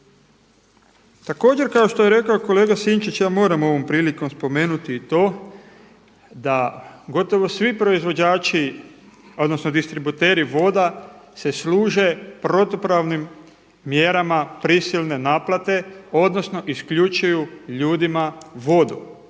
Također kao što je rekao kolega Sinčić ja moram ovom prilikom spomenuti i to da gotovo svi proizvođači, odnosno distributeri voda se služe protupravnim mjerama prisilne naplate, odnosno isključuju ljudima vodu